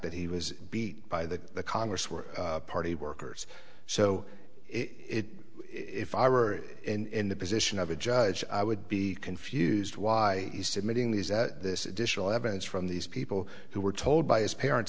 that he was beat by the congress were party workers so it if i were in the position of a judge i would be confused why he said meeting these this additional evidence from these people who were told by his parents